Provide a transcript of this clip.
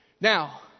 Now